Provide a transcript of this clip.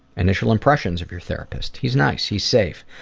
initial impressions of your therapist? he's nice. he's safe.